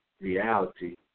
reality